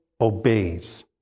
obeys